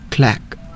Clack